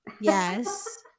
Yes